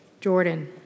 Jordan